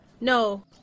No